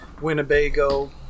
Winnebago